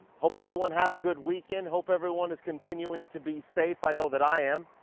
hope everyone had a good weekend. hope everyone is continuing to be safe. i know that i am.